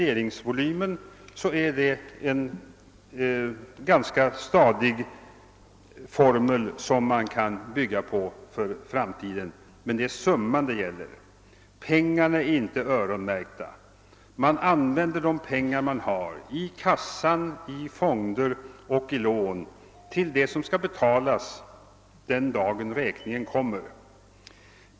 Verkligheten gör det nödvändigt att hastigt hitta på andra projekt än de programmerade, om något hinder uppstår — det kan gälla svårigheter med markfrågor, planfrågor och kapitaltillgång som nödvändiggör en förskjutning. Så blir det förvisso också med de centralt insamlade ekonomiska långtidsprogrammen.